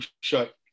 shut